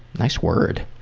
nice word.